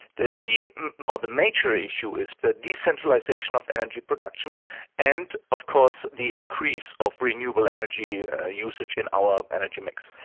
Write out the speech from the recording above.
the key or the major issue is the decentralisation of energy production and of course the increase of renewable energy ah usage in our energy mix.